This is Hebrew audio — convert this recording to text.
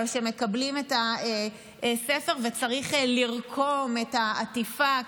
כשמקבלים את הספר וצריך לרקום את העטיפה,